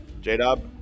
J-Dub